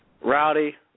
Rowdy